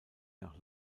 nach